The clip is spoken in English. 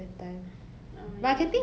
okay sure go